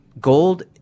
gold